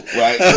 right